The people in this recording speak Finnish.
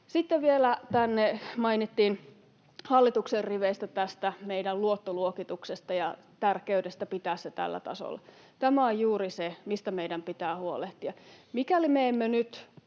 Sitten vielä mainittiin hallituksen riveistä tästä meidän luottoluokituksesta ja tärkeydestä pitää se tällä tasolla. Tämä on juuri se, mistä meidän pitää huolehtia. Mikäli me emme nyt